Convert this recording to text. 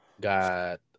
got